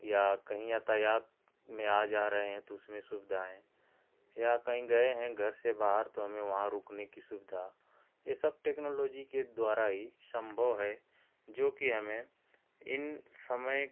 या कहीं यातायात में आ जा रहे हैं तो उसमें सुविधा हैं या कहीं गए हैं घर से बाहर तो हमें वहाँ रुकने की सुविधा ये सब टेक्नोलॉजी के द्वारा ही सम्भव है जो कि हमें इन समय